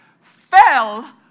fell